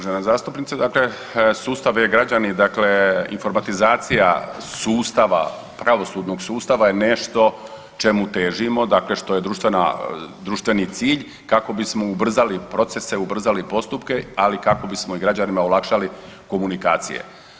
Uvažena zastupnica, dakle sustav e-građani, dakle informatizacija sustava, pravosudnog sustava je nešto čemu težimo dakle što je društvena, društveni cilj kako bismo ubrzali procese, ubrzali postupke, ali kako bismo i građanima olakšali komunikacije.